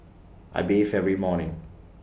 I bathe every morning